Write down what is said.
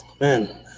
Man